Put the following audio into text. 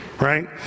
Right